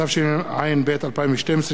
התשע"ב 2012,